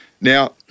Now